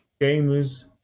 gamers